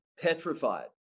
petrified